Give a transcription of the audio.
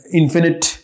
infinite